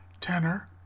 tenor